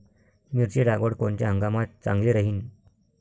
मिरची लागवड कोनच्या हंगामात चांगली राहीन?